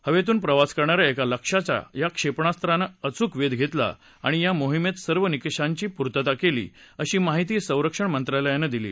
हवेतून प्रवास करणाऱ्या एका लक्ष्याचा या क्षेपणास्त्रानं अचूक वेध घेतला आणि या मोहिमेत सर्व निकषांची पूर्वता केली अशी माहिती संरक्षण मंत्रालयानं दिली